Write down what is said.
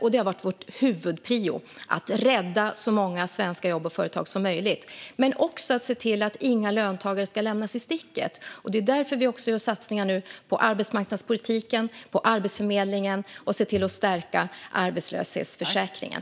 Och vår huvudprioritet har varit att rädda så många svenska jobb och företag som möjligt men också att se till att inga löntagare ska lämnas i sticket. Det är därför som vi nu också gör satsningar på arbetsmarknadspolitiken och på Arbetsförmedlingen och ser till att stärka arbetslöshetsförsäkringen.